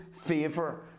favor